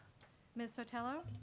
ms. sotelo?